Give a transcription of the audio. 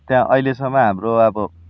त्यहाँ अहिलेसम्म हाम्रो अब